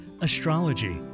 astrology